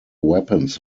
weapons